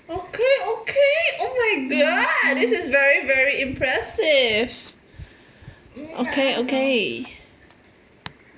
okay okay oh my god this is very very impressive okay okay !wah! oh my god this is very hard to believe